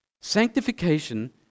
Sanctification